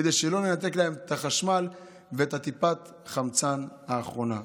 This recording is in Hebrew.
כדי שלא ננתק להם את החשמל ואת טיפת החמצן האחרונה.